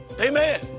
Amen